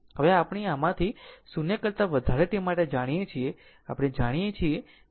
હવે આપણે આમાંથી 0 કરતા વધારે t માટે જાણીએ છીએ કે આપણે જાણીએ છીએ કે i t i ∞ i0 i ∞ e t tτ છે